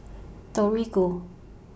Torigo